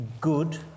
good